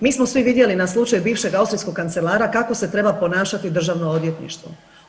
Mi smo svi vidjeli na slučaj bivšeg austrijskog kancelara kako se treba ponašati Državno odvjetništvo.